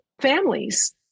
families